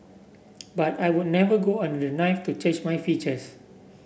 but I would never go under the knife to change my features